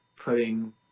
putting